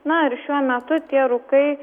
na ir šiuo metu tie rūkai